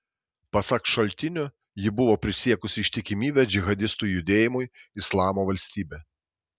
pasak šaltinių ji buvo prisiekusi ištikimybę džihadistų judėjimui islamo valstybė